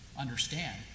understand